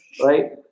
Right